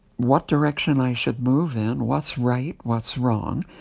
what direction i should move in, what's right, what's wrong.